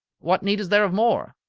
what need is there of more?